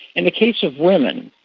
in the case of women,